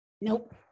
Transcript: Nope